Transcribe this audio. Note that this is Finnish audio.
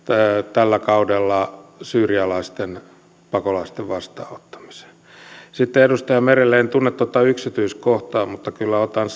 tällä kaudella nimenomaan syyrialaisten pakolaisten vastaanottamiseen sitten edustaja merelle en tunne tuota yksityiskohtaa mutta otan